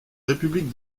république